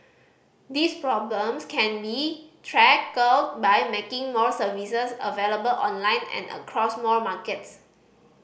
these problems can be tackled by making more services available online and across more markets